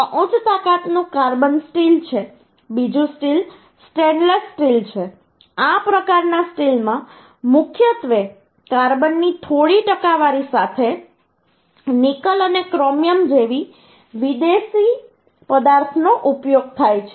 આ ઉચ્ચ તાકાતનું કાર્બન સ્ટીલ છે બીજું સ્ટીલ સ્ટેનલેસ સ્ટીલ છે આ પ્રકારના સ્ટીલમાં મુખ્યત્વે કાર્બનની થોડી ટકાવારી સાથે નિકલ અને ક્રોમિયમ જેવી વિદેશી પદાર્થનો ઉપયોગ થાય છે